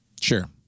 Sure